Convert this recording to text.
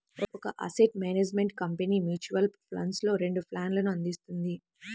ఒక asset management company mutual ఫండ్స్లో రెండు ప్లాన్లను అందిస్తుంది